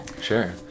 sure